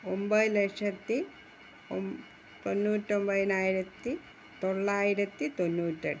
ഒൻപത് ലക്ഷത്തി ഒം തൊണ്ണൂറ്റൊൻപതിനായിരത്തി തൊള്ളായിരത്തി തൊണ്ണൂറ്റെട്ട്